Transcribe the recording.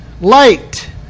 light